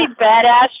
badass